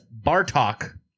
Bartok